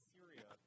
Syria